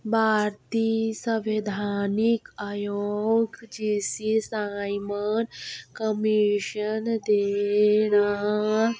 भारतीय संवधानिक आयोग जिसी साइमन कमीशन दे नां